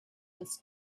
his